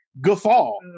guffaw